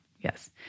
Yes